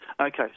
okay